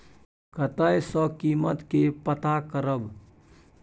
कतय सॅ कीमत के पता करब?